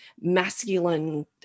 masculine